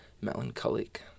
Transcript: melancholic